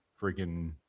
freaking